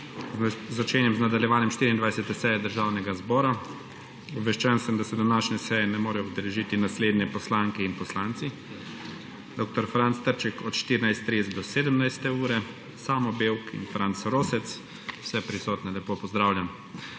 Začenjam nadaljevanje 24. seje Državnega zbora. Obveščen sem, da se današnje seje ne morejo udeležiti naslednje poslanke in poslanci: dr. Franc Trček od 14.30 do 17. ure, Samo Bevk in Franc Rosec. Vse prisotne lepo pozdravljam!